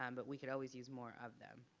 um but we could always use more of them.